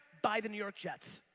buy the new york jets.